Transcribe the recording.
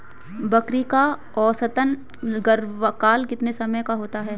बकरी का औसतन गर्भकाल कितने समय का होता है?